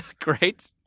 Great